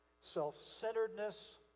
self-centeredness